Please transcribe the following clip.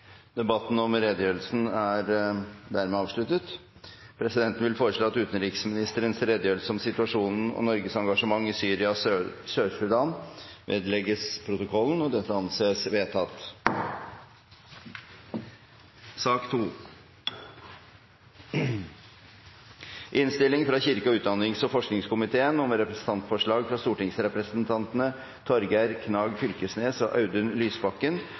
Debatten om redegjørelsen er dermed avsluttet. Presidenten vil foreslå at utenriksministerens redegjørelse om situasjonen og Norges engasjement i Syria og Sør-Sudan vedlegges protokollen. – Dette anses vedtatt. Jeg viser til representantforslaget fra representantene Torgeir Knag Fylkesnes og Audun Lysbakken om